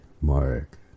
Mark